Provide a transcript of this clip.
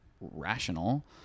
rational